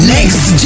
Next